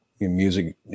music